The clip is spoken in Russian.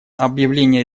объявление